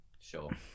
Sure